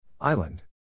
Island